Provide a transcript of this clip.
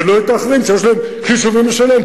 ולא את האחרים שיש להם חישובים משלהם,